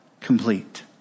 complete